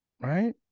Right